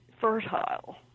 fertile